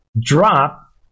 drop